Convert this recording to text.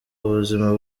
ubuzima